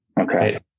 Okay